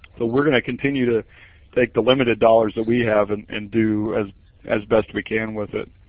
but were going to continue to take the limited dollars that we have and and do as as best we can with it.